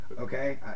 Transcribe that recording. okay